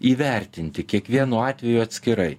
įvertinti kiekvienu atveju atskirai